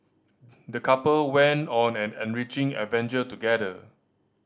the couple went on an enriching adventure together